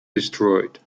destroyed